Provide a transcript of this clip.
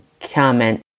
comment